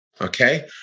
okay